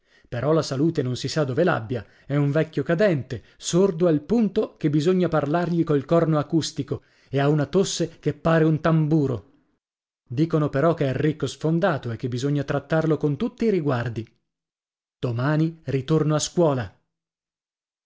però la salute non si sa dove l'abbia è un vecchio cadente sordo al punto che bisogna parlargli col corno acustico e ha una tosse che pare un tamburo dicono però che è ricco sfondato e che bisogna trattarlo con tutti i riguardi domani ritorno a scuola